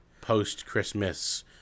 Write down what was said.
post-Christmas